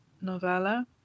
novella